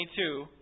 22